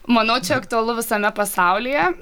manau čia aktualu visame pasaulyje